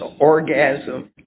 orgasm